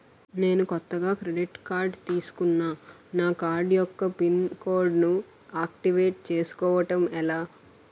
నేను కొత్తగా credit card తిస్కున్నా నా కార్డ్ యెక్క పిన్ కోడ్ ను ఆక్టివేట్ చేసుకోవటం ఎలా?